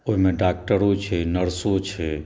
ओहिमे डॉक्टरो छै नर्सो छै